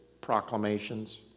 proclamations